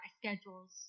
schedules